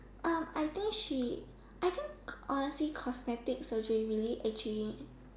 um I think she I think honestly cosmetic surgery really actually